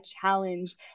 challenge